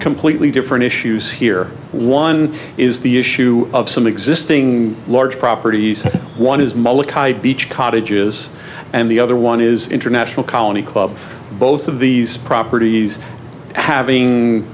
completely different issues here one is the issue of some existing large properties one is molokai beach cottages and the other one is international colony club both of these properties having